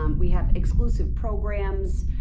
um we have exclusive programs,